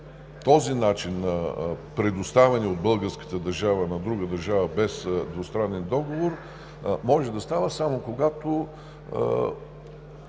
Този начин на предоставяне от българската държава на друга държава без двустранния договор може да става само когато